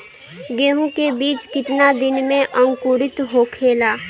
गेहूँ के बिज कितना दिन में अंकुरित होखेला?